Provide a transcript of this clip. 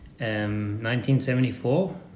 1974